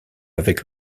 avec